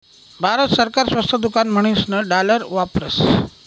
भारत सरकार स्वस्त दुकान म्हणीसन डालर वापरस